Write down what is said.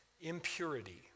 impurity